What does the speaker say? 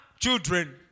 children